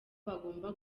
bagomba